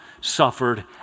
suffered